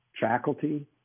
faculty